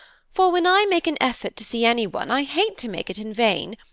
for, when i make an effort to see anyone, i hate to make it in vain.